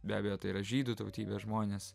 be abejo tai yra žydų tautybės žmonės